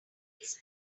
elks